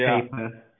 paper